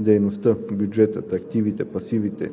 Дейността, бюджетът, активите, пасивите,